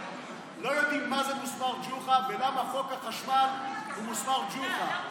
לא יודעים מה זה מוסמאר גו'חא ולמה חוק החשמל הוא מוסמאר ג'וחא.